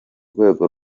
rwego